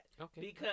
Okay